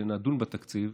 כשנדון בתקציב,